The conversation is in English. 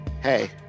Hey